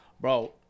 Bro